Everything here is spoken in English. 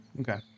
Okay